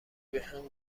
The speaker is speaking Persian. بهم